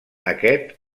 aquest